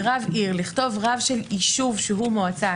ב"רב עיר" לכתוב רב של יישוב שהוא מועצה,